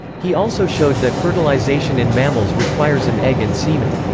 he also showed that fertilization in mammals requires an egg and semen.